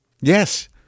Yes